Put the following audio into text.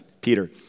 Peter